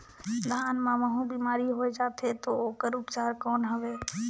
धान मां महू बीमारी होय जाथे तो ओकर उपचार कौन हवे?